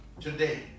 today